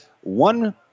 one